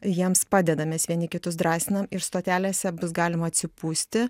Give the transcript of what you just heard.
jiems padedam mes vieni kitus drąsinam ir stotelėse bus galima atsipūsti